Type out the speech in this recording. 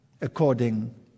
according